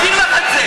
אני אזכיר לך את זה.